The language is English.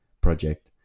project